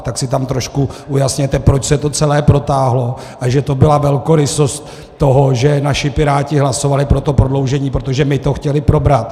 Tak si tam trošku ujasněte, proč se to celé protáhlo a že to byla velkorysost toho, že naši Piráti hlasovali pro to prodloužení, protože my to chtěli probrat.